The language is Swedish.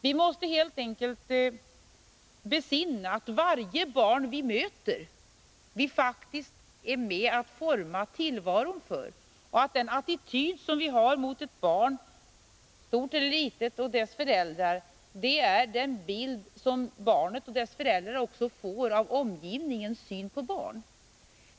Vi måste helt enkelt besinna att vi faktiskt är med om att forma tillvaron för varje barn vi möter. Den attityd som vi har mot ett barn — stort eller litet — och dess föräldrar ger den bild som barnet och dess föräldrar får av omgivningens syn på barn.